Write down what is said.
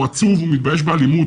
הוא עצוב, הוא משתמש באלימות.